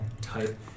type